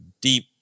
deep